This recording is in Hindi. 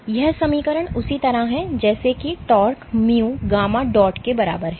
तो यह समीकरण उसी तरह है जैसे कि tau mu γ dot के बराबर है